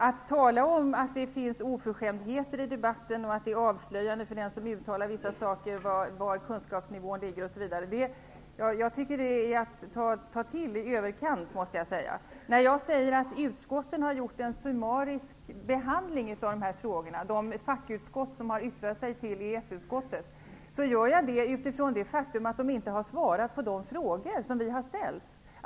Att tala om att det förekommer oförskämdheter i debatten och att den som uttalar vissa saker därmed avslöjar var kunskapsnivån ligger, det tycker jag är att ta till i överkant. När jag säger att utskotten, de fackutskott som har yttrat sig till EES-utskottet, har gjort en summarisk behandling av de här frågorna, så gör jag det utifrån det faktum att de inte har svarat på de frågor som vi har ställt.